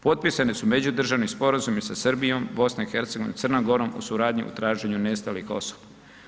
Potpisani su međudržavni sporazumi sa Srbijom, BiH, Crnom Goru o suradnji u traženju nestalih osoba.